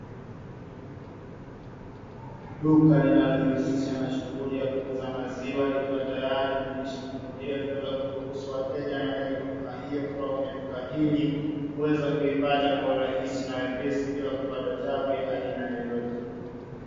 Duka linalojihusisha na shughuli ya kuuza maziwa likiwa tayari limekwisha funguliwa ili kuweza kuruhusu wateja wanaohitaji huduma hiyo kutoka kwenye duka hili kuweza kuipata kwa urahisi na wepesi bila kupata tabu ya aina yoyote.